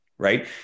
Right